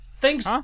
Thanks